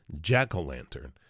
jack-o'-lantern